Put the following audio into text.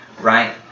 right